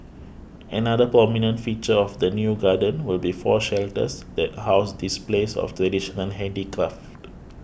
another prominent feature of the new garden will be four shelters that house displays of traditional handicraft